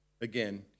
Again